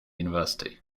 university